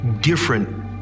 different